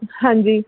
ਹਾਂਜੀ